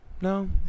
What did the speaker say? No